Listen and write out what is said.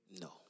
No